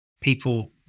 people